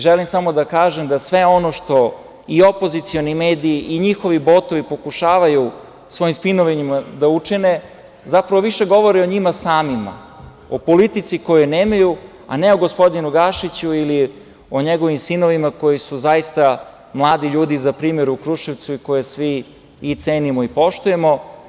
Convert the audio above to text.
Želim samo da kažem da sve ono što opozicioni mediji i njihovi botovi pokušavaju svojim spinovanjima da učine zapravo više govori o njima samima, o politici koju nemaju, a ne o gospodinu Gašiću ili o njegovim sinovima koji su zaista mladi ljudi za primer u Kruševcu i koje svi i cenimo i poštujemo.